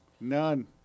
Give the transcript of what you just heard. None